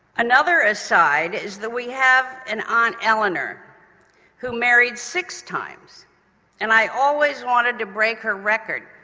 another aside is that we have an aunt eleanor who married six times and i always wanted to break her record